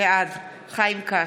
בעד חיים כץ,